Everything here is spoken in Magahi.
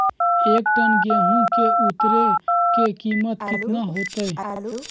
एक टन गेंहू के उतरे के कीमत कितना होतई?